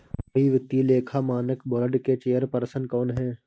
अभी वित्तीय लेखा मानक बोर्ड के चेयरपर्सन कौन हैं?